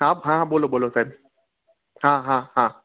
હા હા બોલો બોલો સાહેબ હા હા હા